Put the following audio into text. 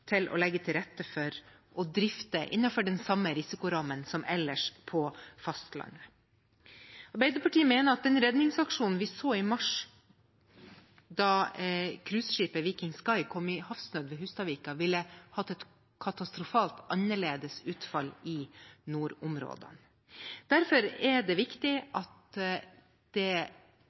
til å legge til rette for å drifte innenfor den samme risikorammen som ellers på fastlandet. Arbeiderpartiet mener at den redningsaksjonen vi så i mars, da cruiseskipet «Viking Sky» kom i havsnød ved Hustadvika, ville hatt et katastrofalt annerledes utfall i nordområdene. Derfor er det viktig at det